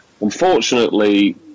unfortunately